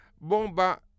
bomba